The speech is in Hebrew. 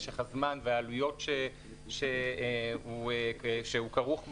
משך הזמן והעלויות שהוא כרוך בהם.